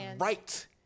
right